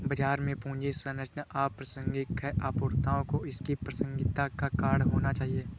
बाजार में पूंजी संरचना अप्रासंगिक है, अपूर्णताओं को इसकी प्रासंगिकता का कारण होना चाहिए